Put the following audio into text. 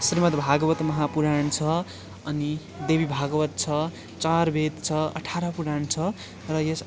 श्रीमद्भागवत महापुराण छ अनि देवीभागवत छ चारवेद छ अठार पुराण छ